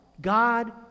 God